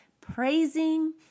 praising